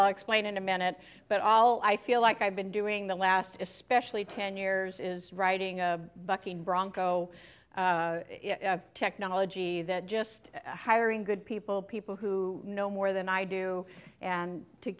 i'll explain in a minute but all i feel like i've been doing the last especially ten years is writing a bucking bronco technology that just hiring good people people who know more than i do and to